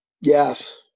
Yes